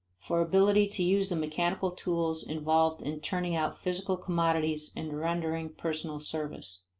for ability to use the mechanical tools involved in turning out physical commodities and rendering personal service.